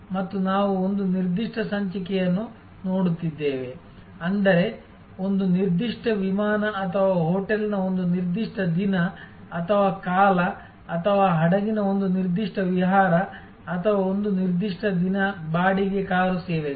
ಮತ್ತು ನಾವು ಒಂದು ನಿರ್ದಿಷ್ಟ ಸಂಚಿಕೆಯನ್ನು ನೋಡುತ್ತಿದ್ದೇವೆ ಅಂದರೆ ಒಂದು ನಿರ್ದಿಷ್ಟ ವಿಮಾನ ಅಥವಾ ಹೋಟೆಲ್ನ ಒಂದು ನಿರ್ದಿಷ್ಟ ದಿನ ಅಥವಾ ಋತು ಅಥವಾ ಹಡಗಿನ ಒಂದು ನಿರ್ದಿಷ್ಟ ವಿಹಾರ ಅಥವಾ ಒಂದು ನಿರ್ದಿಷ್ಟ ದಿನ ಬಾಡಿಗೆ ಕಾರು ಸೇವೆಗಳು